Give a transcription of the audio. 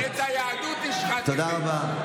תודה רבה.